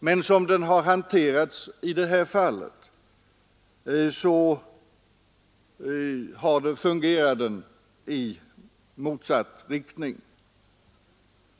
Men som den i detta fall har hanterats verkar den i motsatt riktning.